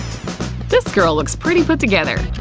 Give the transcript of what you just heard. this girl looks pretty put together!